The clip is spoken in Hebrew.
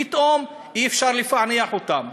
פתאום אי-אפשר לפענח אותם.